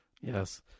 Yes